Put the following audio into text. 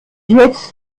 jetzt